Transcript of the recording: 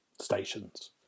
stations